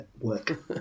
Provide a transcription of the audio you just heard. work